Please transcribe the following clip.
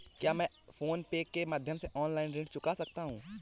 क्या मैं PhonePe के माध्यम से ऑनलाइन ऋण चुका सकता हूँ?